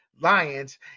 Lions